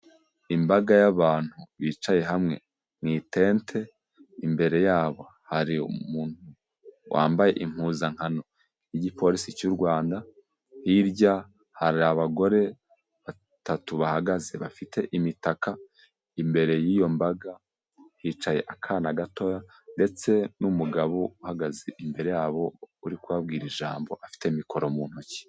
Imbaga y'abantu bicaye hamwe mu itente, imbere yabo hari umuntu wambaye impuzankano y'igipolisi cy'u Rwanda, hirya hari abagore batatu bahagaze bafite imitaka, imbere y'iyo mbaga hicaye akana gato ndetse n'umugabo uhagaze imbere yabo uri kubabwira ijambo afite mikoro mu ntoki.